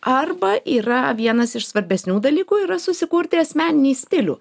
arba yra vienas iš svarbesnių dalykų yra susikurti asmeninį stilių